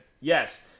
Yes